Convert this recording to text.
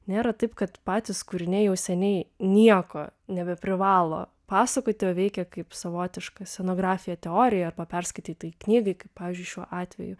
nėra taip kad patys kūriniai jau seniai nieko nebeprivalo pasakoti o veikia kaip savotiška scenografija teorijai arba perskaitytai knygai kaip pavyzdžiui šiuo atveju